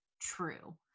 true